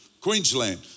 Queensland